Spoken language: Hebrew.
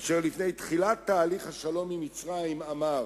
אשר לפני תחילת תהליך השלום עם מצרים אמר: